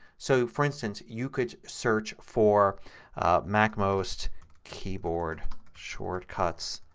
so, for instance, you could search for macmost keyboard shortcuts